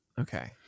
Okay